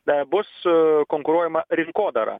bus konkuruojama rinkodara